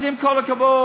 אז עם כל הכבוד,